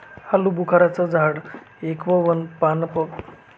आलूबुखारा चं झाड एक व पानझडी वृक्ष आहे, आलुबुखार फळाला प्लम पण म्हणतात